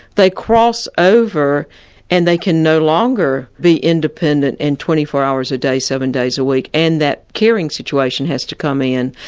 they cross over and they can no longer be independent and twenty four hours a day seven days a week, and that caring situation has to come in,